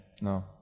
No